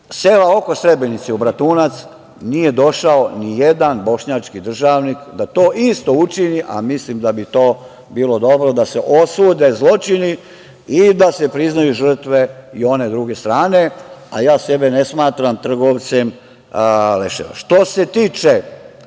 sela oko Srebrenice, u Bratunac, nije došao nijedan bošnjački državnik da to isto učini, a mislim da bi to bilo dobro, da se osude zločini i da se priznaju žrtve i one druge strane, a ja sebe ne smatram trgovcem leševa. Što se tiče